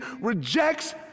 rejects